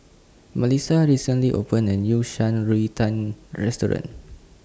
Malissa recently opened A New Shan Rui Tang Restaurant